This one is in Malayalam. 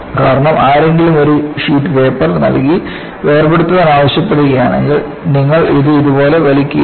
കാരണം ആരെങ്കിലും ഒരു ഷീറ്റ് പേപ്പർ നൽകി വേർപെടുത്താൻ ആവശ്യപ്പെടുകയാണെങ്കിൽ നിങ്ങൾ ഇത് ഇതുപോലെ വലിക്കുകയില്ല